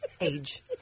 age